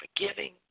forgiving